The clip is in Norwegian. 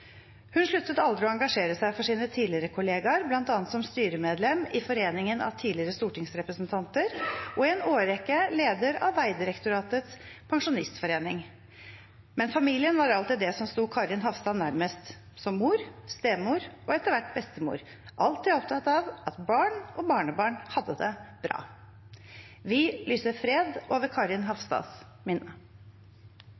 Hun sluttet aldri å engasjere seg for sine tidligere kolleger, bl.a. som styremedlem i Foreningen av tidligere stortingsrepresentanter og i en årrekke leder av Vegdirektoratets pensjonistforening. Men familien var alltid det som sto Karin Hafstad nærmest, som mor, stemor og etter hvert bestemor, alltid opptatt av at barn og barnebarn hadde det bra. Vi lyser fred over Karin